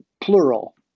Plural